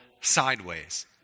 sideways